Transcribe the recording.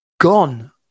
gone